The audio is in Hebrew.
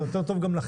וזה גם יותר טוב לכם.